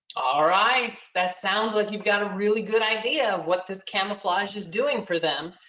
alright, that sounds like you've got a really good idea of what this camouflage is doing for them.